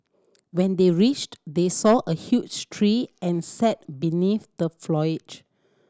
when they reached they saw a huge tree and sat beneath the foliage